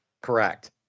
Correct